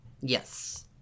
Yes